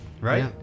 right